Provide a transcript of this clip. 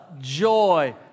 joy